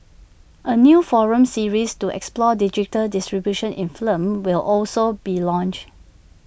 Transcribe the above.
A new forum series to explore digital distribution in film will also be launched